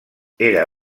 era